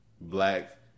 Black